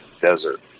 desert